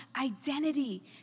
identity